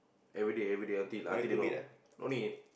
everyday everyday until until they know no need